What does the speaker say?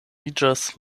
iĝas